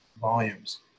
volumes